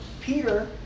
Peter